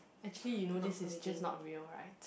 actually you know this is just not real right